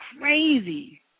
crazy